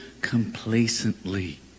complacently